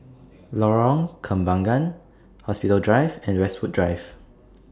Lorong Kembangan Hospital Drive and Westwood Drive